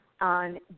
on